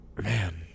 man